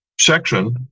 section